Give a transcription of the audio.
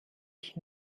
ich